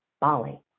Bali